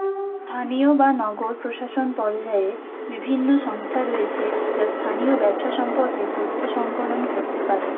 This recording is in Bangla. স্থানীয় বা নগর প্রশাসন পর্যায়ে বিভিন্ন সংস্থা রয়েছে যা স্থানীয় ব্যবসা সম্পর্কে তথ্য সঙ্কলন করতে পারে